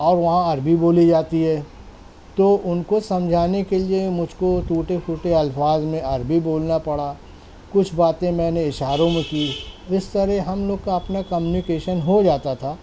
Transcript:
اور وہاں عربی بولی جاتی ہے تو ان کو سمجھانے کے لیے مجھ کو ٹوٹے پھوٹے الفاظ میں عربی بولنا پڑا کچھ باتیں میں نے اشاروں میں کی اس طرح ہم لوگ کا اپنا کمیونکیشن ہو جاتا تھا